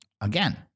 again